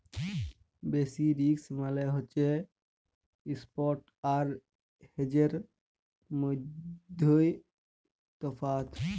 basis risk মালে হছে ইস্প্ট আর হেজের মইধ্যে তফাৎ